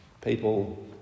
People